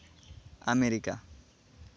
America